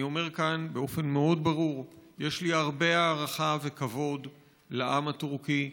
אני אומר כאן באופן מאוד ברור: יש לי הרבה הערכה וכבוד לעם הטורקי,